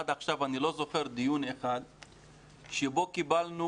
עד עכשיו אני לא זוכר דיון אחד שבו קיבלנו